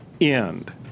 end